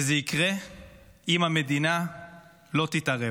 זה יקרה אם המדינה לא תתערב.